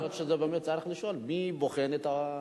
יכול להיות שצריך לשאול מי בוחן את הבוחנים.